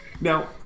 Now